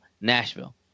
Nashville